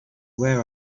where